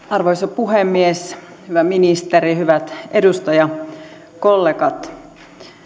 arvoisa puhemies hyvä ministeri hyvät edustajakollegat